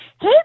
Hey